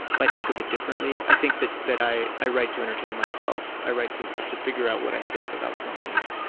might think of it differently. i think that that i i write to entertain myself. i write to to figure out what i think about something.